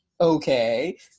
Okay